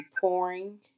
pouring